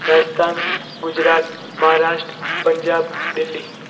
Rajasthan Gujarat Maharashtra Punjab Delhi